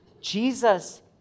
Jesus